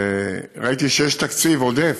ראיתי שיש תקציב עודף.